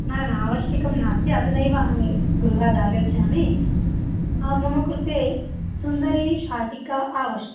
न न आवश्यकं नास्ति अधुनैव अहं गृहादागच्छामि मम कृते सुन्दरी शाटिका आवश्